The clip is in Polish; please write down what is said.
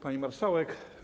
Pani Marszałek!